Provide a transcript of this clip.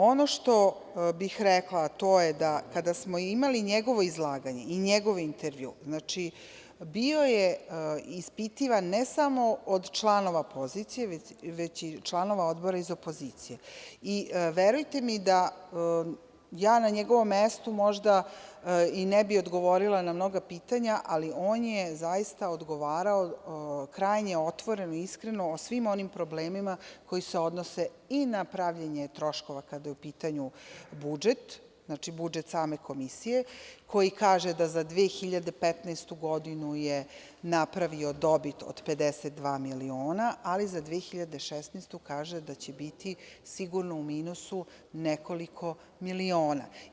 Ono što bih rekla, to je da kada smo imali njegovo izlaganje i njegov intervju, bio je ispitivan ne samo od članova pozicije, već i članova odbora iz opozicije i verujte mi da ja na njegovom mestu možda i ne bih odgovorila na mnoga pitanja, ali on je zaista odgovarao krajnje otvoreno, iskreno o svim onim problemima koji se odnose i na pravljenje troškova, kada je u pitanju budžet, znači budžet same komisije koji kaže da za 2015. godinu je napravio dobit od 52 miliona, ali za 2016. godinu kaže da će biti sigurno u minusu nekoliko miliona.